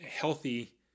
healthy